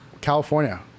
California